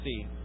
see